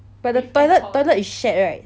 but but the toilet is shared right